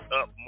up